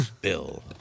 Bill